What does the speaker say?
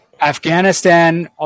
Afghanistan